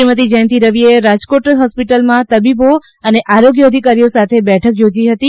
શ્રીમતી જયંતિ રવિએ રાજકોટ હોસ્પીટલમાં તબીબો અને આરોગ્ય અધિકારીઓ સાથે બેઠક યોજી હતી